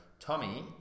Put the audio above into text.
Tommy